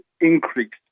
increased